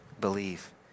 Believe